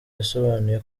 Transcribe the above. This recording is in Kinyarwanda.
yasobanuye